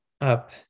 up